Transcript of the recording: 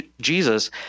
Jesus